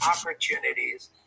opportunities